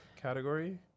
category